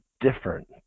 different